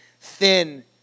thin